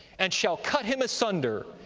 and shall cut him asunder,